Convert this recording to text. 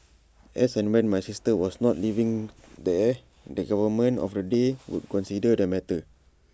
as and when my sister was not living there the government of the day would consider the matter